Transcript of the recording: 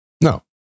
No